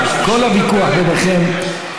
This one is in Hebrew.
הוויכוח ביניכם,